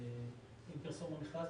עם פרסום המכרז,